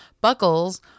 buckles